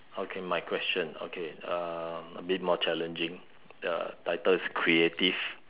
okay my question okay um a bit more challenging uh title is creative